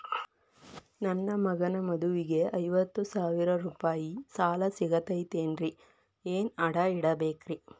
ನನ್ನ ಮಗನ ಮದುವಿಗೆ ಐವತ್ತು ಸಾವಿರ ರೂಪಾಯಿ ಸಾಲ ಸಿಗತೈತೇನ್ರೇ ಏನ್ ಅಡ ಇಡಬೇಕ್ರಿ?